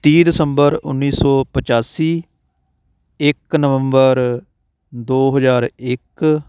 ਤੀਹ ਦਸੰਬਰ ਉੱਨੀ ਸੌ ਪਚਾਸੀ ਇੱਕ ਨਵੰਬਰ ਦੋ ਹਜ਼ਾਰ ਇੱਕ